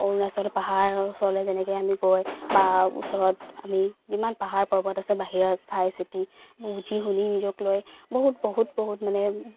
অৰুণাচল পাহাৰ ওচৰলৈ যেনেকৈ আমি গৈ বা ওচৰত আমি যিমান পাহাৰ পৰ্বত আছে বাহিৰত চাই চিতি বুজি শুনি নিজক লৈ বহুত বহুত বহুত মানে